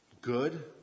good